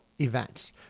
Events